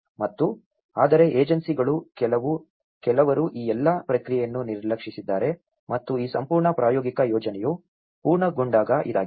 ಮತ್ತು ಆದರೆ ಏಜೆನ್ಸಿಗಳು ಕೆಲವರು ಈ ಎಲ್ಲಾ ಪ್ರಕ್ರಿಯೆಯನ್ನು ನಿರ್ಲಕ್ಷಿಸಿದ್ದಾರೆ ಮತ್ತು ಈ ಸಂಪೂರ್ಣ ಪ್ರಾಯೋಗಿಕ ಯೋಜನೆಯು ಪೂರ್ಣಗೊಂಡಾಗ ಇದಾಗಿದೆ